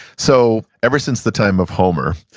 so ever since the time of homer,